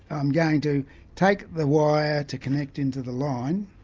i'm going to take the wire to connect into the line.